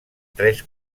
tres